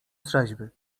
trzeźwy